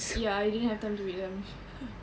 ya I didn't have time to read them